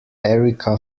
erica